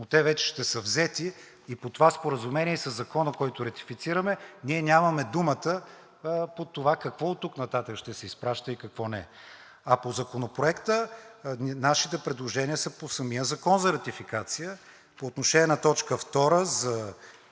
но те вече ще са взети и по това споразумение и със Закона, който ратифицираме, ние нямаме думата по това какво оттук нататък ще се изпраща и какво не. А по Законопроекта нашите предложения са по самия закон за ратификация. По отношение на точка втора